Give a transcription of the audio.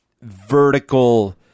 vertical